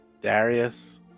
Darius